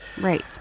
Right